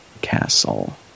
Castle